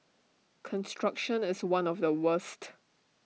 construction is one of the worst